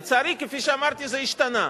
לצערי, כפי שאמרתי, זה השתנה,